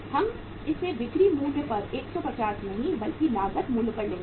हम इसे बिक्री मूल्य पर 150 नहीं बल्कि लागत मूल्य पर लेंगे